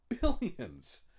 Billions